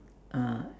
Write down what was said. uh